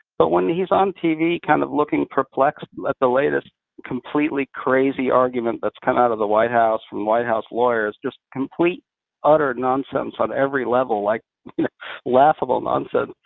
but when he's on tv kind of looking perplexed at the latest completely crazy argument that's come out of the white house from white house lawyers, just complete utter nonsense on every level, like laughable nonsense,